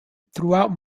throughout